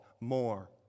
more